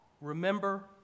Remember